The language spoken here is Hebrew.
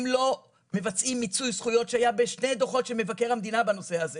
הם לא מבצעים מיצוי זכויות שהיה בשני דוחות של מבקר המדינה בנושא הזה.